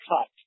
cut